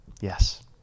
yes